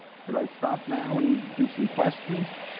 should i stop now and do some questions?